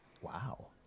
Wow